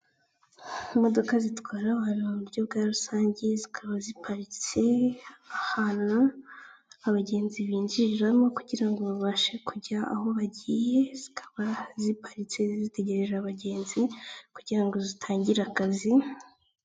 Imodoka zitwara abantu mu buryo bwa rusange, zikaba ziparitse ahantu abagenzi binjiriramo, kugira ngo babashe kujya aho bagiye, zikaba ziparitse zitegereje abagenzi kugira ngo zitangire akazi.